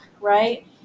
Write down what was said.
right